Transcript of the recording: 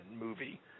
movie